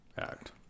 act